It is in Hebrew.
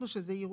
הם כן.